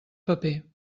paper